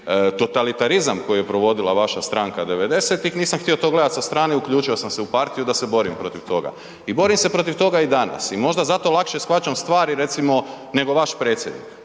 totalitarizam koji je provodila vaša stranka '90.-tih nisam htio to gledati sa strane, uključio sam se u partiju da se borim protiv toga. I borim se protiv toga i danas. I možda zato lakše shvaćam stvari recimo nego vaš predsjednik